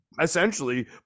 essentially